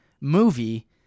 movie